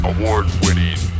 Award-winning